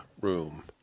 room